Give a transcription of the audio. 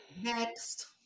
Next